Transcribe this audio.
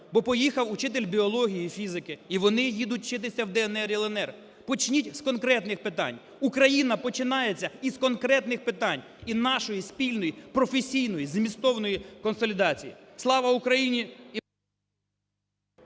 бо поїхав учитель вчитель біології і фізики. І вони їдуть вчитися в "ДНР" і "ЛНР". Почніть з конкретних питань. Україна починається із конкретних питань і нашої спільної професійної і змістовної консолідації. Слава Україні!